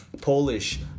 Polish